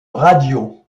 radio